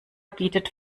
bietet